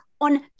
on